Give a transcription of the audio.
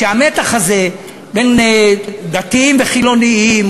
שהמתח הזה בין דתיים וחילונים,